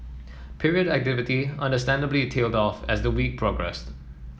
period activity understandably tailed off as the week progressed